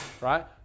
right